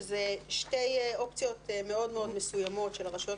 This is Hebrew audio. שזה שתי אופציות מאוד מסוימות של הרשויות